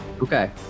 Okay